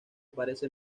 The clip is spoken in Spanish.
parece